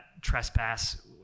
trespass